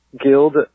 Guild